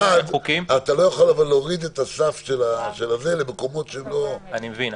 אתה לא יכול להוריד את הסף למקומות שהם לא --- אני מבין.